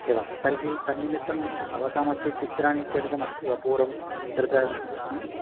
एवं तर्हि तन्निमित्तं भवतां हस्ते चित्रमित्यादिकम् अस्ति वा पूर्वं कृतं